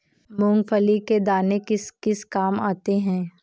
मूंगफली के दाने किस किस काम आते हैं?